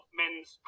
men's